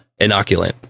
inoculant